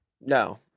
No